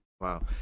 Wow